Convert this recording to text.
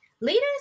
Leaders